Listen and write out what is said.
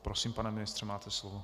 Prosím, pane ministře, máte slovo.